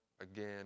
again